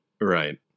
right